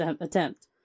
attempt